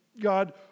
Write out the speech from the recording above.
God